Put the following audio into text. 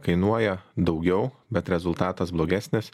kainuoja daugiau bet rezultatas blogesnis